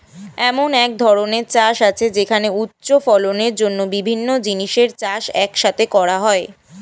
এমন এক ধরনের চাষ আছে যেখানে উচ্চ ফলনের জন্য বিভিন্ন জিনিসের চাষ এক সাথে করা হয়